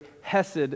Hesed